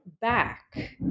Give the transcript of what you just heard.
back